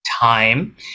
Time